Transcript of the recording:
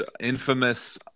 infamous